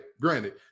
granted